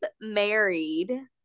married